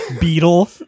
beetle